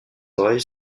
oreilles